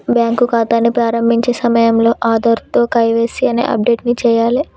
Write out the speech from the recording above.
bank ఖాతాని ప్రారంభించే సమయంలో ఆధార్తో కేవైసీ ని అప్డేట్ చేయాలే